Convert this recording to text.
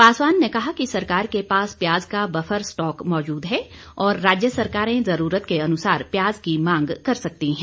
पासवान ने कहा कि सरकार के पास प्याज का बफर स्टॉक मौजूद है और राज्य सरकारें जरूरत के अनुसार प्याज की मांग कर सकती हैं